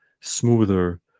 smoother